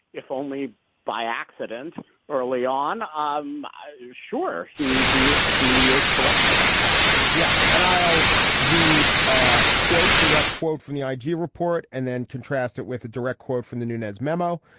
if only by accident early on. i'm um sure he he he is correct about that yeah. and i'll read, ah quote, direct quote from the i g. report and then contrast it with a direct quote from the nunez memo.